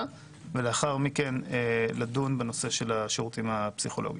ואז לדון בנושא של השירותים הפסיכולוגיים.